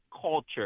culture